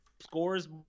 scores